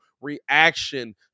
reaction